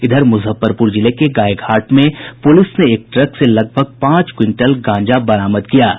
इधर मुजफ्फरपुर जिले के गायघाट में पुलिस ने एक ट्रक से लगभग पांच क्विंटल गांजा बरामद किया है